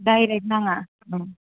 direct नाङा ए